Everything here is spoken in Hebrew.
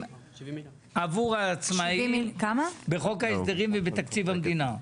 עבור העצמאים בחוק ההסדרים ובתקציב המדינה.